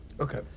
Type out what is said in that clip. Okay